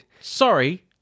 sorry